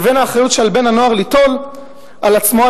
לבין האחריות של בן-הנוער ליטול על עצמו,